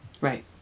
Right